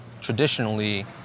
traditionally